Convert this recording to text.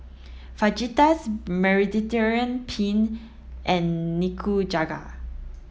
Fajitas Mediterranean Penne and Nikujaga